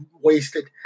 wasted